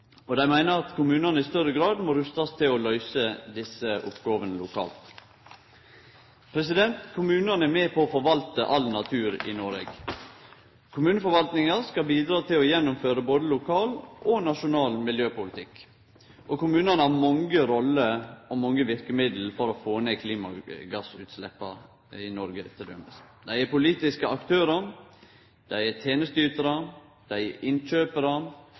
og dei meiner at kommunane i større grad må rustast til å løyse desse oppgåvene lokalt. Kommunane er med på å forvalte all natur i Noreg. Kommuneforvaltninga skal bidra til å gjennomføre både lokal og nasjonal miljøpolitikk. Kommunane har mange roller og mange verkemiddel for t.d. å få ned klimagassutsleppa i Noreg. Dei er politiske aktørar, dei er tenesteytarar, dei er